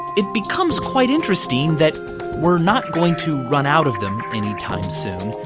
it becomes quite interesting that we're not going to run out of them anytime soon.